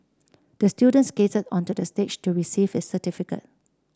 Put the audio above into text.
the student skated onto the stage to receive his certificate